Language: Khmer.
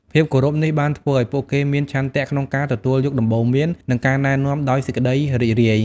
ភាពគោរពនេះបានធ្វើឱ្យពួកគេមានឆន្ទៈក្នុងការទទួលយកដំបូន្មាន និងការណែនាំដោយសេចក្តីរីករាយ។